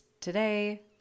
today